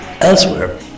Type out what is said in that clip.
Elsewhere